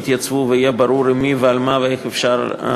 יתייצבו ויהיה ברור עם מי ועל מה ואיך אפשר לדבר.